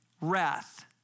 wrath